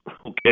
Okay